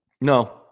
No